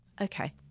Okay